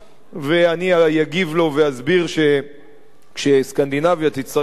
ואני אגיב ואסביר לו שכשסקנדינביה תצטרך להוציא